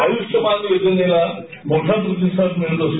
आयुष्यमान योजनेला मोठा प्रतिसाद मिळत आहे